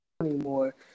anymore